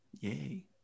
Yay